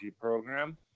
program